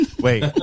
Wait